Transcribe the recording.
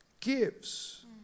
gives